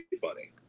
funny